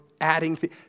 adding